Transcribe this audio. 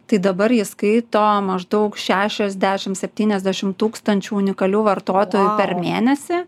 tai dabar jį skaito maždaug šešiasdešim setyniasdešim tūkstančių unikalių vartotojų per mėnesį